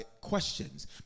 questions